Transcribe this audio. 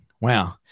wow